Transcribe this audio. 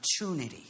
opportunity